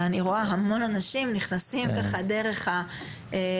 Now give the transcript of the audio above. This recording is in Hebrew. ואני רואה המון אנשים נכנסים דרך השערים.